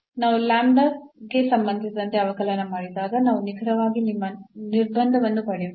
ನಾವು ಗೆ ಸಂಬಂಧಿಸಿದಂತೆ ಅವಕಲನ ಮಾಡಿದಾಗ ನಾವು ನಿಖರವಾಗಿ ನಮ್ಮ ನಿರ್ಬಂಧವನ್ನು ಪಡೆಯುತ್ತೇವೆ